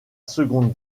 seconde